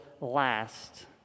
last